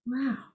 wow